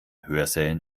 hörsälen